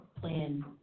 plan